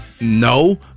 No